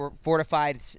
fortified